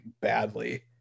badly